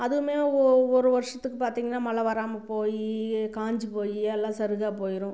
அதுவுமே ஓ ஒரு வருஷத்துக்கு பார்த்திங்கன்னா மழை வராம போய் காஞ்சி போய் எல்லா சருகா போயிரும்